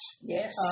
Yes